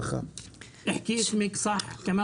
לתשתיות האינטרנט בחברה הערבית,